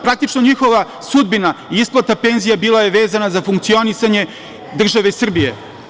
Praktično, njihova sudbina i isplata penzija bila je vezana za funkcionisanje države Srbije.